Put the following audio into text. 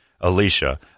Alicia